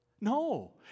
No